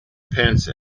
pence